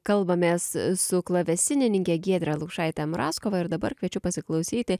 kalbamės su klavesinininke giedre lukšaite mrazkova ir dabar kviečiu pasiklausyti